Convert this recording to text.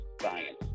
Science